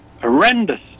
horrendous